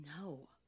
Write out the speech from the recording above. No